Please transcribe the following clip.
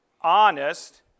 Honest